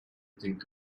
think